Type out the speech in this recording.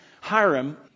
Hiram